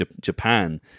Japan